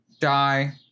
die